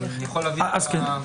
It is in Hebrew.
אבל אני יכול להביא לך הנחיה.